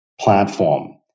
platform